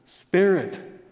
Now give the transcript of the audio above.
spirit